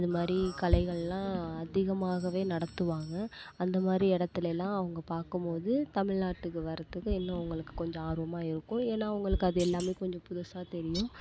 அது மாதிரி கலைகளெல்லாம் அதிகமாகவே நடத்துவாங்க அந்த மாதிரி இடத்துல எல்லாம் அவங்க பார்க்கும் போது தமிழ்நாட்டுக்கு வர்றத்துக்கு இன்னும் அவங்களுக்கு கொஞ்சம் ஆர்வமாக இருக்கும் ஏன்னால் அவங்களுக்கு அது எல்லாமே கொஞ்சம் புதுசாக தெரியும்